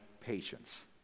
patience